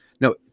No